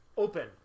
open